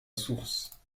source